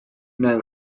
know